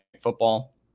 football